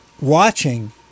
watching